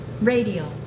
radio